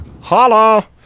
Holla